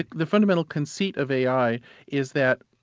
the fundamental conceit of ai is that,